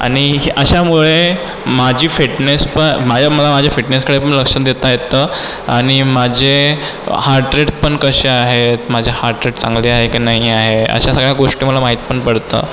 आणि अशामुळे माझी फिटनेस प माझ्या मला माझ्या फिटनेसकडे पण लक्ष देता येतं आणि माझे हार्टरेट पण कसे आहेत माझे हार्टरेट चांगले आहे का नाही आहे अशा सगळ्या गोष्टी मला माहित पण पडतं